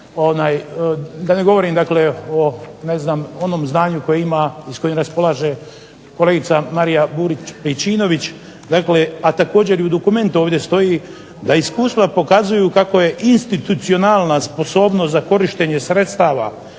da ne govorim o onom znanju koje ima, s kojim raspolaže kolegica Marija Burić-Pejčinović. A također i u dokumentu ovdje stoji da iskustva pokazuju kako je institucionalna sposobnost za korištenje sredstava